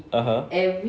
(uh huh)